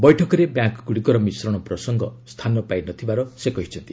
ବୈଠକରେ ବ୍ୟାଙ୍କ୍ଗୁଡ଼ିକର ମିଶ୍ରଣ ପ୍ରସଙ୍ଗ ସ୍ଥାନ ପାଇନଥିବାର ସେ କହିଛନ୍ତି